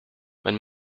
when